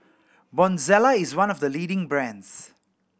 Bonjela is one of the leading brands